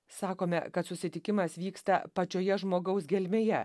sakome kad susitikimas vyksta pačioje žmogaus gelmėje